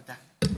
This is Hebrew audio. תודה.